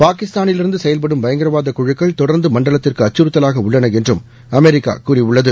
பாகிஸ்தானிலிருந்து செயல்படும் பயங்கரவாத குழுக்கள் தொடர்ந்து மண்டலத்திற்கு அச்சுறுத்தலாக உள்ளன என்றும் அமெரிக்கா கூறியுள்ளது